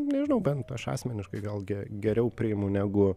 nežinau bent aš asmeniškai gal ge geriau priimu negu